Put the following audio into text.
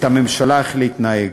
את הממשלה איך להתנהג.